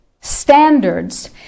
standards